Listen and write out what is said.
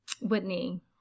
Whitney